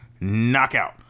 Knockout